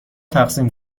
تقسیم